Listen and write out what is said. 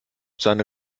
seine